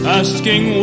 asking